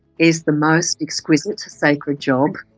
is the most exquisite, sacred job,